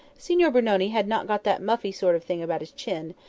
signor brunoni had not got that muffy sort of thing about his chin,